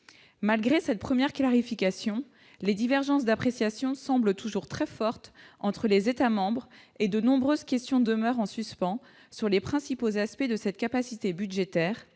malgré cette première clarification les divergences d'appréciation semble toujours très forte entre les États-membres et de nombreuses questions demeurent en suspens sur les principaux aspects de cette capacité budgétaire